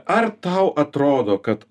ar tau atrodo kad